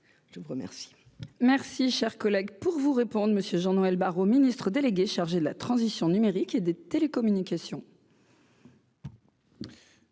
je vous remercie. Merci, cher collègue, pour vous répondre, monsieur Jean-Noël Barrot Ministre délégué chargé de la transition numérique et des télécommunications.